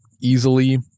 easily